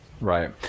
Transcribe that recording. Right